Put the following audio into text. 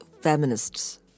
feminists